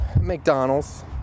McDonald's